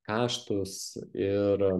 kaštus ir